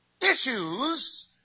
issues